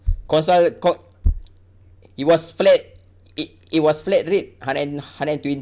consul~ con~ it was flat it it was flat rate hundred and hundred and twenty